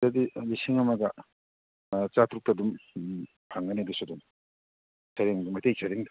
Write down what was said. ꯁꯤꯗꯗꯤ ꯂꯤꯁꯤꯡ ꯑꯃꯒ ꯑꯥ ꯆꯥꯇ꯭ꯔꯨꯛꯇ ꯑꯗꯨꯝ ꯎꯝ ꯐꯪꯒꯅꯤ ꯑꯗꯨꯁꯨ ꯑꯗꯨꯝ ꯁꯔꯦꯡꯗꯣ ꯃꯩꯇꯩ ꯁꯔꯦꯡꯗꯣ